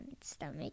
stomach